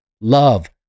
love